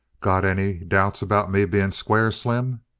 got any doubts about me being square, slim?